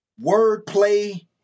wordplay